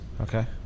Okay